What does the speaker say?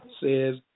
says